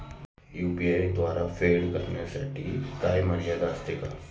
UPI द्वारे फेड करण्यासाठी काही मर्यादा असते का?